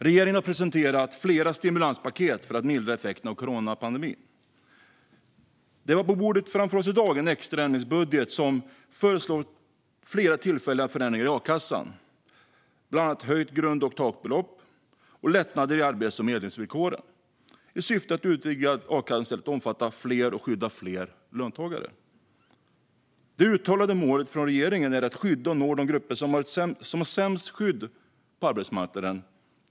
Regeringen har presenterat flera stimulanspaket för att mildra effekterna av coronapandemin. Det vi har på bordet framför oss i dag är en extra ändringsbudget som föreslår flera tillfälliga förändringar i a-kassan, bland annat ett höjt grund och takbelopp och lättnader i arbets och medlemsvillkoren, i syfte att utvidga a-kassan till att omfatta fler och skydda fler löntagare. Det uttalade målet från regeringen är att skydda och nå de grupper som har sämst skydd på arbetsmarknaden.